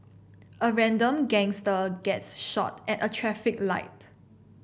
a random gangster gets shot at a traffic light